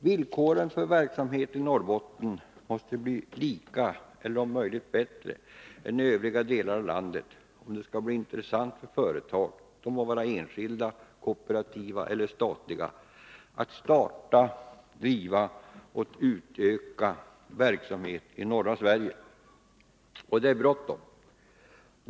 Villkoren för verksamhet i Norrbotten måste bli lika eller om möjligt bättre än i övriga delar av landet, om det skall bli intressant för företag — det må vara enskilda, kooperativa eller statliga — att starta, driva och utöka verksamhet i norra Sverige. Och det är bråttom.